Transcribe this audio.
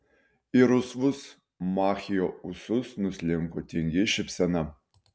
į rusvus machio ūsus nuslinko tingi šypsena